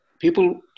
people